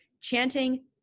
chanting